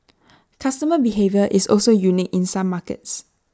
customer behaviour is also unique in some markets